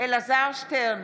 אלעזר שטרן,